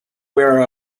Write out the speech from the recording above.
aware